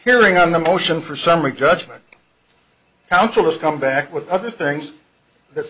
hearing on the motion for summary judgment counsel has come back with other things that